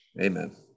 Amen